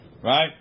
Right